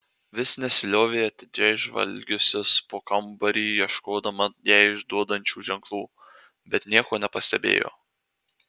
vis nesiliovė atidžiai žvalgiusis po kambarį ieškodama ją išduodančių ženklų bet nieko nepastebėjo